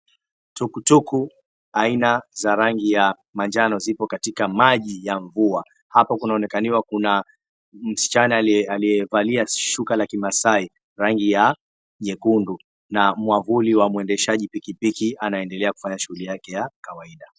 Tukutuku aina za rangi ya manjano zipo katika maji ya mvua. Hapa kunaonekaniwa kuna msichana aliyevalia shuka ya kimaasai rangi ya nyekundu na mwavuli wa mwendeshaji pikipiki anaendelea kufanya shughuli yake ya kawaida.